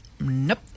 Nope